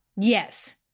Yes